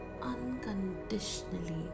unconditionally